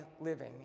living